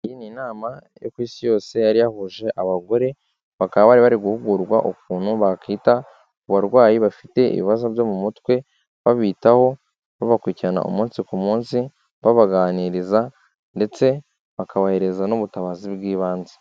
Iyi ni inama yo ku Isi yose yari yahuje abagore, bakaba bari bari guhugurwa ukuntu bakita ku barwayi bafite ibibazo byo mu mutwe, babitaho babakurikirana umunsi ku munsi, babaganiriza ndetse bakabahereza n'ubutabazi bw'ibanze.